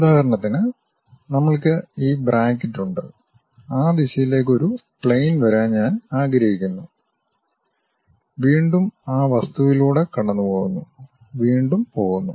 ഉദാഹരണത്തിന് നമ്മൾക്ക് ഈ ബ്രാക്കറ്റ് ഉണ്ട് ആ ദിശയിലേക്ക് ഒരു പ്ലെയിൻ വരാൻ ഞാൻ ആഗ്രഹിക്കുന്നു വീണ്ടും ആ വസ്തുവിലൂടെ കടന്നുപോകുന്നു വീണ്ടും പോകുന്നു